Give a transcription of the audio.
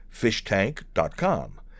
fishtank.com